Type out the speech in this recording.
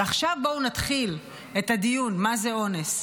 ועכשיו בואו נתחיל את הדיון מה זה אונס.